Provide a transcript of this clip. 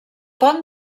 pont